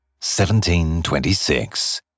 1726